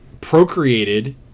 procreated